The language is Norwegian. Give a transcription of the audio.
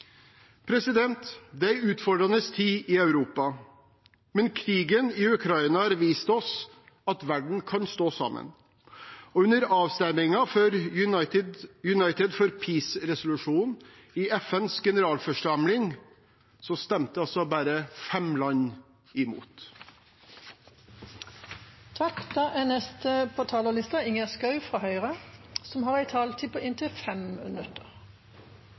Det er en utfordrende tid i Europa, men krigen i Ukraina har vist oss at verden kan stå sammen, og under avstemningen for Uniting for Peace-resolusjonen i FNs generalforsamling, så stemte altså bare fem land